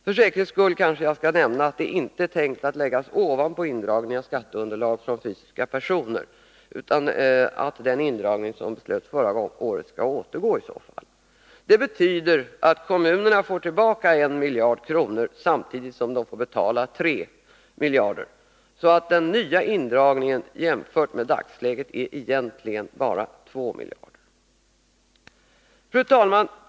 För säkerhets skull kanske jag skall nämna att avgiften inte är tänkt att läggas ovanpå indragningen av skatteunderlag från fysiska personer, utan att den indragning som beslutades förra året i så fall skall återgå. Det betyder att kommunerna får tillbaka 1 miljard kronor samtidigt som de får betala 3 miljarder, så den ”nya” indragningen är jämfört med i dagsläget egentligen bara 2 miljarder. Fru talman!